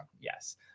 yes